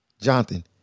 Jonathan